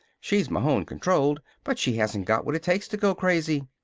she's mahon-controlled, but she hasn't got what it takes to go crazy.